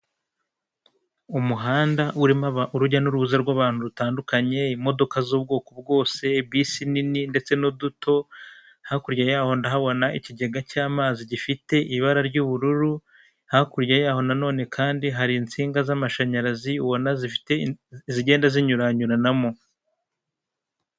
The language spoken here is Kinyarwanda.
Umuhanda urimo urujya n'uruza rw'abantu rutandukanye imodoka z'ubwoko bwose bisi nini ndetse n'uduto, hakurya yaho ndahabona ikigega cy'amazi gifite ibara ry'ubururu, hakurya yaho na none kandi hari insinga z'amashanyarazi ubona zigenda zinyuranyuranamo.